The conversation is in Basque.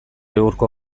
hurko